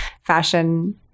fashion